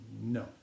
No